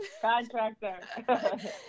contractor